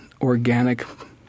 organic